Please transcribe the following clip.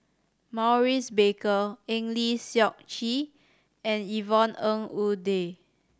Maurice Baker Eng Lee Seok Chee and Yvonne Ng Uhde